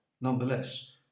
nonetheless